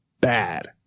bad